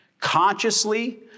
consciously